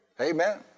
Amen